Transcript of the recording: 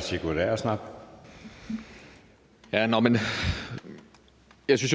Sigurd Agersnap (SF):